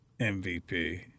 MVP